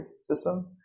system